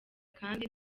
kandi